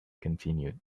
continued